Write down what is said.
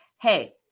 hey